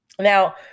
Now